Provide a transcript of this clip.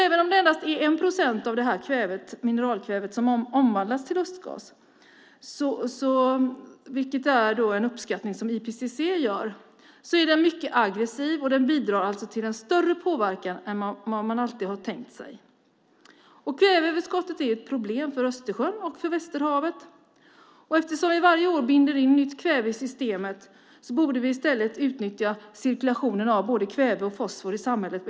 Även om det endast är 1 procent av mineralkvävet som omvandlas till lustgas, vilket är den uppskattning som IPCC gör, är den mycket aggressiv. Den bidrar alltså till en större påverkan än man alltid har tänkt sig. Kväveöverskottet är ett problem för Östersjön och för Västerhavet. Eftersom vi varje år binder in nytt kväve i systemet borde vi i stället utnyttja cirkulationen av både kväve och fosfor bättre i samhället.